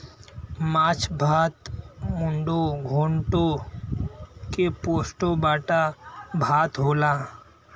माछ भात मुडो घोन्टो के पोस्तो बाटा भात होला